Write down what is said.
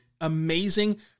amazing